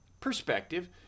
perspective